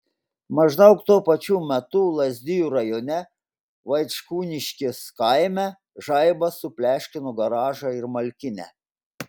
maždaug tuo pačiu metu lazdijų rajone vaickūniškės kaime žaibas supleškino garažą ir malkinę